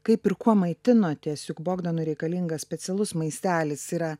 kaip ir kuo maitinotės juk bogdanui reikalingas specialus maistelis yra